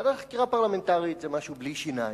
ועדת חקירה פרלמנטרית זה משהו בלי שיניים.